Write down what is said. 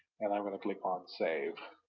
and i'm going to click on save.